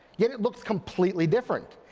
yet it looks completely different.